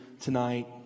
tonight